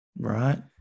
right